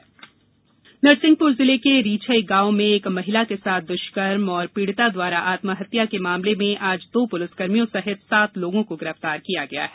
नरसिंहपुर दुष्कर्म नरसिंहपुर जिले के रीछई गांव में एक महिला के साथ दुष्कर्म और पीड़िता द्वारा आत्महत्या के मामले में आज दो पुलिस कर्मियों सहित सात लोगों को गिरफ्तार किया है